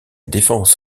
défense